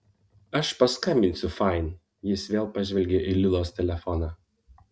aš paskambinsiu fain jis vėl pažvelgė į lilos telefoną